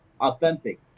authentic